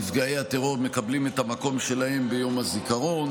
נפגעי הטרור מקבלים את המקום שלהם ביום הזיכרון.